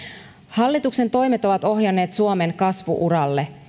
hallituksen toimet ovat ohjanneet suomen kasvu uralle